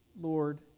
Lord